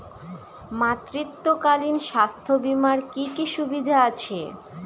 মাতৃত্বকালীন স্বাস্থ্য বীমার কি কি সুবিধে আছে?